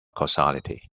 causality